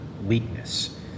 weakness